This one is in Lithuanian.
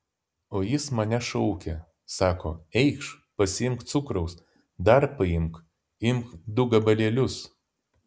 o jis mane šaukė sako eikš pasiimk cukraus dar paimk imk du gabalėlius